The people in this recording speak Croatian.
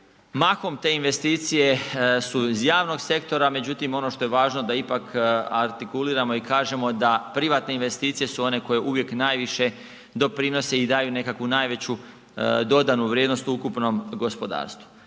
mahom te investicije su iz javnog sektora, međutim ono što je važno da je ipak artikuliramo i kažemo da privatne investicije su one koje uvijek najviše doprinose i daju nekako najveću dodanu vrijednost ukupnom gospodarstvu.